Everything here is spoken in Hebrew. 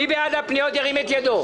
מי בעד הפניות, ירים את ידו.